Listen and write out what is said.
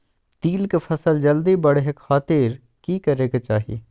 तिल के फसल जल्दी बड़े खातिर की करे के चाही?